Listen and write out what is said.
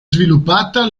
sviluppata